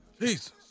Jesus